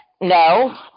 No